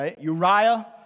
Uriah